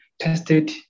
tested